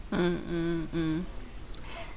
mm mm mm